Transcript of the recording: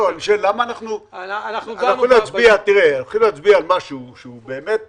הולכים להצביע על משהו, שהוא באמת